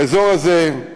האזור הזה,